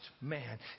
man